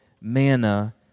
manna